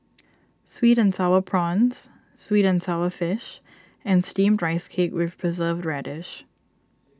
Sweet and Sour Prawns Sweet and Sour Fish and Steamed Rice Cake with Preserved Radish